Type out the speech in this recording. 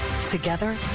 Together